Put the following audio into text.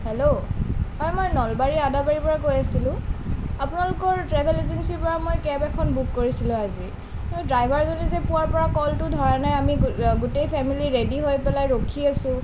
hello হয় মই নলবাৰীৰ আদাবাৰীৰ পৰা কৈ আছিলোঁ আপোনালোকৰ ট্ৰেভেল এজেঞ্চীৰ পৰা মই কেব এখন বুক কৰিছিলোঁ আজি কিন্তু ড্ৰাইভাৰজনে যে পুৱাৰ পৰা কলটো ধৰা নাই আমি গোটেই ফেমেলি ৰেডি হৈ পেলাই ৰখি আছোঁ